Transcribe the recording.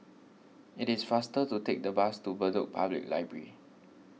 it is faster to take the bus to Bedok Public Library